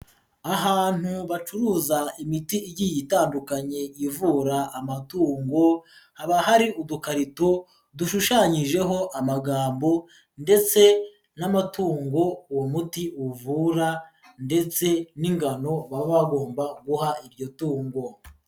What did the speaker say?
Ahantu bacuruza imiti igiye itandukanye ivura amatungo, haba hari udukarito dushushanyijeho amagambo, ndetse n'amatungo uwo muti uvura ndetse n'ingano baba bagomba guha iryo tungo.